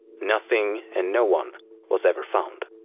nothing and no one was ever found.